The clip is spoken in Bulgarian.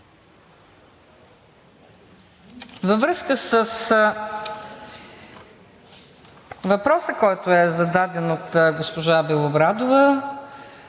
Във връзка с въпроса, който е зададен от госпожа Белобрадова,